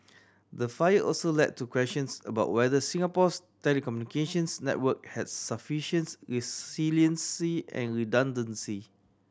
the fire also led to questions about whether Singapore's telecommunications network has sufficients resiliency and redundancy